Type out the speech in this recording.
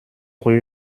rue